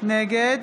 נגד